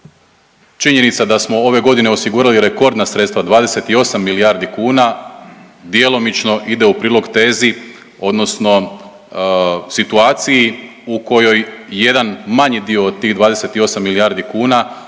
činjenica da smo ove godine osigurali rekordna sredstva, 28 milijardi kuna djelomično ide u prilog tezi odnosno situaciji u kojoj jedan manji dio od tih 28 milijardi kuna